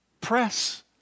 press